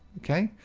okay,